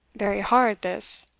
very hard this,